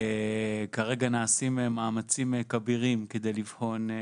כרגע נעשים מאמצים כבירים כדי לבחון,